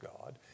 God